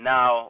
Now